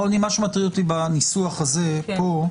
מה שמטריד אותי בניסוח הזה פה,